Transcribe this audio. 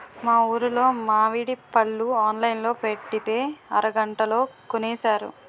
మా ఊరులో మావిడి పళ్ళు ఆన్లైన్ లో పెట్టితే అరగంటలో కొనేశారు